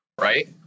right